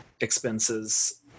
expenses